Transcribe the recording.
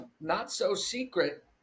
Not-So-Secret